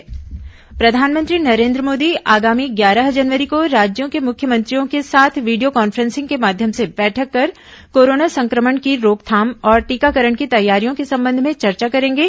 प्रधानमंत्री video conferencing प्रधानमंत्री नरेन्द्र मोदी आगामी ग्यारह जनवरी को राज्यों के मुख्यमंत्रियों के साथ वीडियो कान्फ्रेंसिंग के माध्यम से बैठक कर कोरोना संक्रमण की रोकथाम और टीकाकरण की तैयारियों के संबंध में चर्चा करेंगे